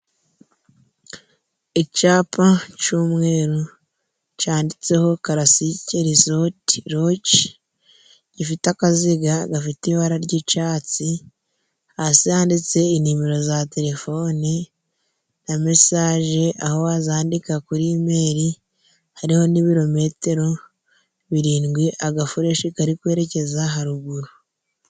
Icapa c'umweru canditseho Karasike rezoti loji, gifite akaziga gafite ibara ry'icatsi, hasi handitse inimero za telefone na mesaje aho zandika kuri imeli, hariho n'ibirometero birindwi, agafureshi kari kwerekeza haruguru.